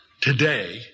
today